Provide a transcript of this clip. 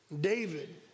David